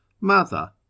Mother